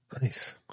Nice